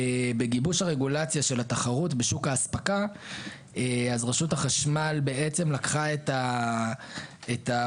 בגיבוש הרגולציה של התחרות בשוק ההספקה רשות החשמל לקחה את הקונספציה